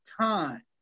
time